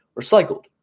recycled